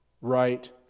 right